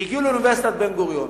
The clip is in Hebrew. הגיעו לאוניברסיטת בן-גוריון,